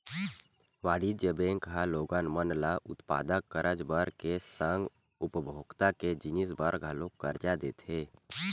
वाणिज्य बेंक ह लोगन मन ल उत्पादक करज बर के संग उपभोक्ता के जिनिस बर घलोक करजा देथे